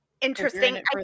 interesting